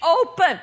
open